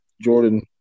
Jordan